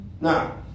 Now